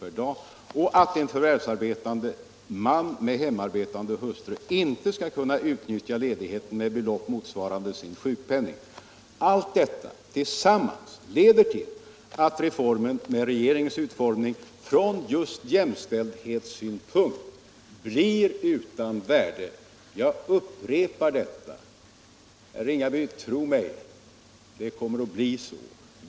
per dag och att en förvärvsarbetande man med hemarbetande hustru inte skall kunna utnyttja ledigheten med ersättning motsvarande sin sjukpenning — allt detta tillsammans leder till att reformen med regeringens utformning blir utan värde från jämställdhetssynpunkt. Jag upprepar detta. Tro mig, herr Ringaby, det kommer att bli så.